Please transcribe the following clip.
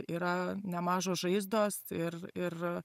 yra ne mažos žaizdos ir ir